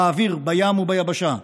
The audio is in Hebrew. באוויר, בים וביבשה,